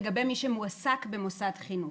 לגבי מי שמועסק במוסד חינוך.